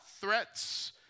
threats